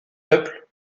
peuple